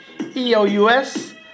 E-O-U-S